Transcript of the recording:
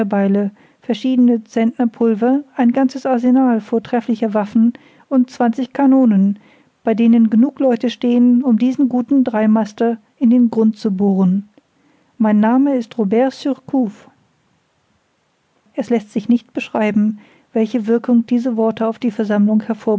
verschiedene zentner pulver ein ganzes arsenal vortrefflicher waffen und zwanzig kanonen bei denen genug leute stehen um diesen guten dreimaster in den grund zu bohren mein name ist robert surcouf es läßt sich nicht beschreiben welche wirkung diese worte auf die versammlung